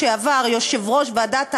לשעבר יושב-ראש ועדת העבודה,